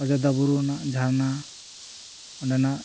ᱚᱡᱳᱫᱽᱫᱷᱟ ᱵᱩᱨᱩ ᱨᱮᱱᱟᱜ ᱡᱷᱟᱨᱱᱟ ᱚᱸᱰᱮᱱᱟᱜ